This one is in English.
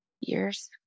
years